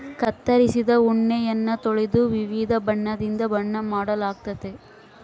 ಕತ್ತರಿಸಿದ ಉಣ್ಣೆಯನ್ನ ತೊಳೆದು ವಿವಿಧ ಬಣ್ಣದಿಂದ ಬಣ್ಣ ಮಾಡಲಾಗ್ತತೆ